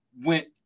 went